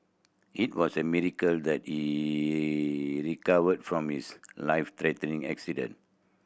it was a miracle that he recovered from his life threatening accident